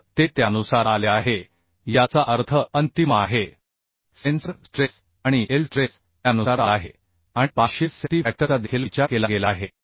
तर ते त्यानुसार आले आहे याचा अर्थ अंतिम आहे सेन्सर स्ट्रेस आणि इल्ड स्ट्रेस त्यानुसार आला आहे आणि पार्शियल सेफ्टी फॅक्टरचा देखील विचार केला गेला आहे